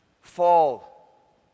fall